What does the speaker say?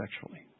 sexually